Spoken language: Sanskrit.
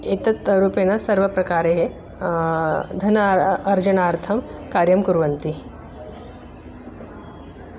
एतत् रूपेण सर्वप्रकारे धनं अर्जनार्थं कार्यं कुर्वन्ति